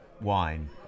wine